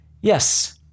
yes